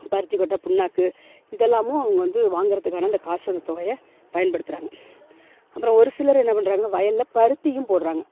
பருத்திக்கொட்டை புண்ணாக்கு இதெல்லாமும் அவங்க வந்து வாங்குறத்துக்கான அந்த காசு தொகையை பயன்படுத்தறாங்க அப்புறம் ஒருசிலர் என்ன பண்ணுறாங்க வயலில் பருத்தியும் போடுறாங்க